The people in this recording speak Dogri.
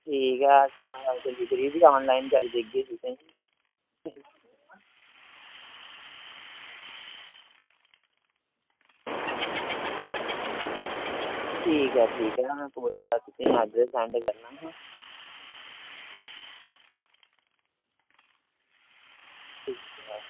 ठीक ऐ ते डिलीवरी बी आनलाइन करी देगे तुसेंगी ठीक ऐ ठीक हां पूरा तुसेंई अड्रैस सैंड करना हा ठीक ऐ